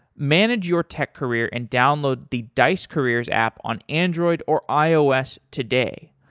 manage your tech career and download the dice careers app on android or ios today.